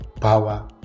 power